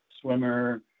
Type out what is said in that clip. swimmer